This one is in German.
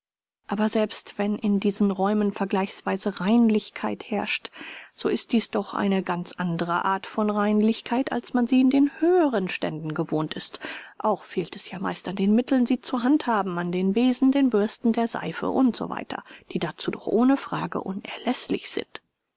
aber selbst wenn in diesen räumen vergleichsweise reinlichkeit herrscht so ist dies doch eine ganz andere art von reinlichkeit als man sie in den höheren ständen gewohnt ist auch fehlt es ja meist an den mitteln sie zu handhaben an den besen den bürsten der seife u s w die dazu doch ohne frage unerläßlich sind